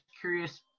curious